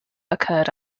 occurred